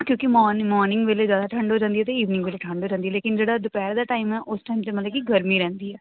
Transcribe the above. ਕਿਉਂਕਿ morning morning ਵੇਲੇ ਜ਼ਿਆਦਾ ਠੰਡ ਹੋ ਜਾਂਦੀ ਹੈ ਅਤੇ ਈਵਨਿੰਗ ਵੇਲੇ ਠੰਡ ਹੋ ਜਾਂਦੀ ਹੈ ਲੇਕਿਨ ਜਿਹੜਾ ਦੁਪਹਿਰ ਦਾ ਟਾਈਮ ਹੈ ਉਸ ਟਾਈਮ 'ਤੇ ਮਤਲਬ ਕਿ ਗਰਮੀ ਰਹਿੰਦੀ ਹੈ